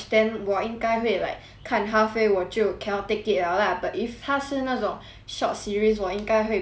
看 halfway 我就 cannot take it liao lah but if 他是那种 short series 我应该会比较有耐心 to watch ah